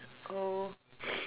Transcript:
oh